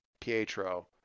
Pietro